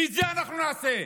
ואת זה אנחנו נעשה.